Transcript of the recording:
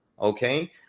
okay